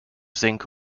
zinc